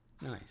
nice